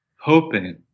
Hoping